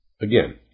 Again